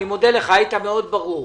היית מאוד ברור.